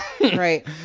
Right